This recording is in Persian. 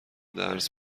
درس